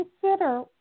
consider